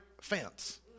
fence